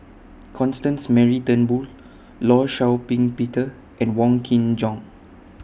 Constance Mary Turnbull law Shau Ping Peter and Wong Kin Jong